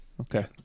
okay